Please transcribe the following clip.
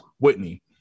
Whitney